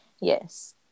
yes